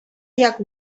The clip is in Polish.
jak